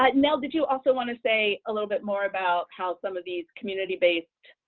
ah nell, did you also want to say a little bit more about how some of these community-based